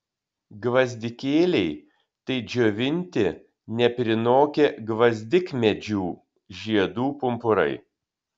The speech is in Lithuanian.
gvazdikėliai tai džiovinti neprinokę gvazdikmedžių žiedų pumpurai